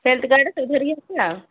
health card ସବୁ ଧରିକି ଆସିବେ ଆଉ